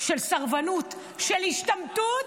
של סרבנות, של השתמטות,